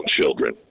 children